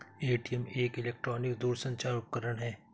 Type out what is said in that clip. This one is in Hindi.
ए.टी.एम एक इलेक्ट्रॉनिक दूरसंचार उपकरण है